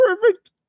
Perfect